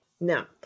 Now